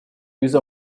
use